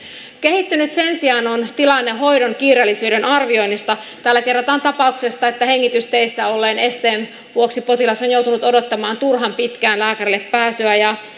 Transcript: kehittynyt sen sijaan on tilanne hoidon kiireellisyyden arvioinnista täällä kerrotaan tapauksesta että hengitysteissä olleen esteen vuoksi potilas on joutunut odottamaan turhan pitkään lääkärille pääsyä ja